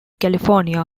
california